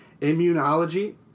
immunology